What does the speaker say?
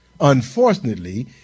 Unfortunately